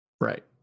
Right